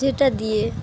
যেটা দিয়ে